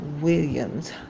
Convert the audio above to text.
Williams